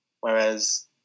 whereas